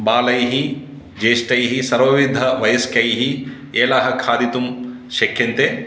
बालैः ज्येष्ठैः सर्वविधवयस्कैः एलाः खादितुं शक्यन्ते